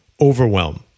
overwhelm